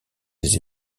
des